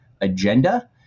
agenda